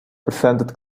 presented